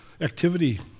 activity